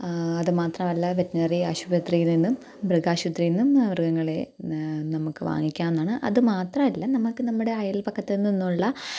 അതുമാത്രമല്ല വെറ്റിനറി ആശുപത്രിയിൽ നിന്നും മൃഗാശുപത്രിയിൽ നിന്നും മൃഗങ്ങളെ നമുക്ക് വാങ്ങിക്കാവുന്നതാണ് അതുമാത്രമല്ല നമുക്ക് നമ്മുടെ അയൽപ്പക്കത്ത് നിന്നുള്ള